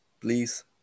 Please